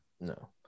No